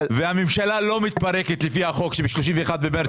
והממשלה לא מתפרקת לפי החוק ב-31 במרץ,